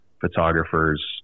photographers